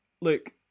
look